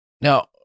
Now